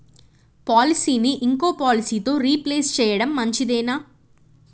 పాలసీని ఇంకో పాలసీతో రీప్లేస్ చేయడం మంచిదేనా?